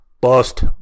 bust